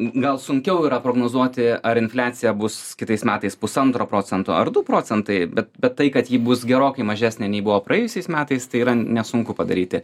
gal sunkiau yra prognozuoti ar infliacija bus kitais metais pusantro procento ar du procentai bet bet tai kad ji bus gerokai mažesnė nei buvo praėjusiais metais tai yra nesunku padaryti